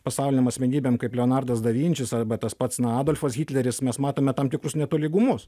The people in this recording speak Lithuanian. pasaulinėm asmenybėm kaip leonardas da vinčis arba tas pats adolfas hitleris mes matome tam tikrus netolygumus